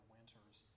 Winters